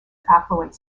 affluent